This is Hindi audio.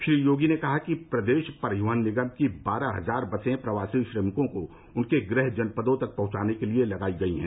श्री योगी ने कहा कि प्रदेश परिवहन निगम की बारह हजार बसें प्रवासी श्रमिकों को उनके गृह जनपदों तक पहुंचाने के लिए लगायी गयी हैं